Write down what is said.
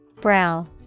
Brow